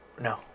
No